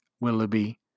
Willoughby